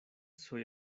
soy